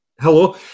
Hello